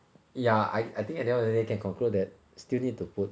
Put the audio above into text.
ya I I think at the end of the day can conclude that still need to put